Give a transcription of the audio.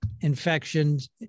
infections